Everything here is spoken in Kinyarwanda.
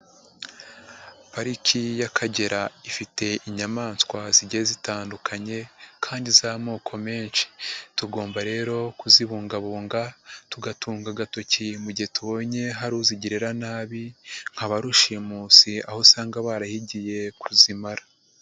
Pariki y'Akagera ifite inyamaswa zigiye zitandukanye kandi z'amoko menshi. Tugomba rero kuzibungabunga, tugatunga agatoki mu gihe tubonye hari uzigirira nabi, nka ba rushimusi aho usanga barahigiye kuzimara.